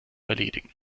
erledigen